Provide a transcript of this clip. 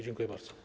Dziękuję bardzo.